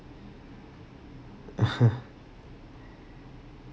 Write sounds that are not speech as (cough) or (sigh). (laughs)